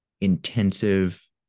intensive